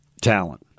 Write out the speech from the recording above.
talent